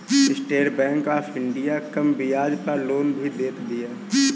estate bank of India कम बियाज पअ लोन भी देत बिया